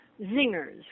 zingers